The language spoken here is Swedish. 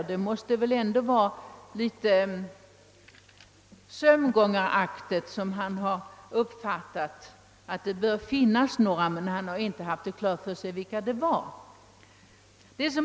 Han måste väl litet sömngångaraktigt ha uppfattat att det bör finnas andra lösningar, men han har tydligen inte haft klart för sig vilka de är.